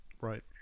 right